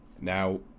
Now